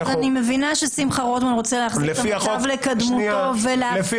אז אני מבינה ששמחה רוטמן רוצה להחזיר את המצב לקדמותו ולהפליל